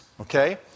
okay